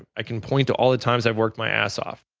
i can point to all the times i work my ass off,